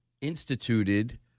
instituted